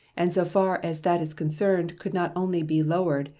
and so far as that is concerned could not only be lowered,